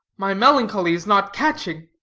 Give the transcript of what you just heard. my melancholy is not catching!